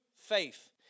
faith